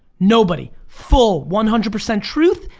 nobody, full one hundred percent truth,